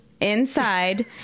inside